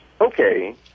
okay